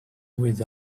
with